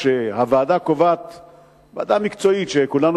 שבסוף הרשות החליטה להקים שבעה ולא חמישה כפי שהומלץ בוועדת-שיינין,